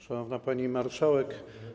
Szanowna Pani Marszałek!